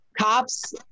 cops